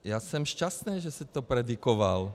Já jsem šťastný, že jste to predikoval.